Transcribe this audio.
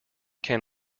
can